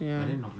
ya